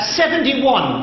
71%